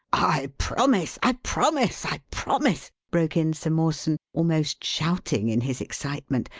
i promise! i promise! i promise! broke in sir mawson, almost shouting in his excitement.